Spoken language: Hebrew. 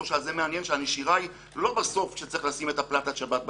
שלושה זה מעניין שהנשירה היא לא בסוף כשצריך לשים את פלטת השבת בתקע.